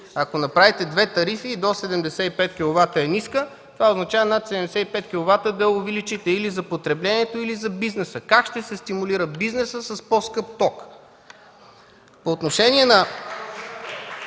ако направите две тарифи - до 75 киловата е искът, това означава над 75 киловата да увеличите или за потреблението, или за бизнеса. Как ще се стимулира бизнесът с по-скъп ток?